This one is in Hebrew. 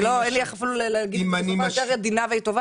איך לי איך להגיד את זה בשפה יותר טובה ועדינה.